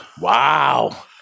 Wow